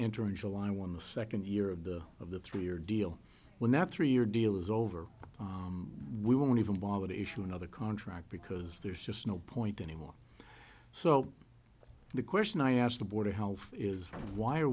enter in july when the second year of the of the three year deal when that three year deal was over we won't even bother to issue another contract because there's just no point anymore so the question i asked the board how is why are